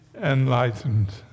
enlightened